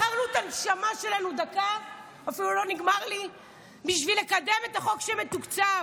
מכרנו את הנשמה שלנו כדי לקדם את החוק שמתוקצב.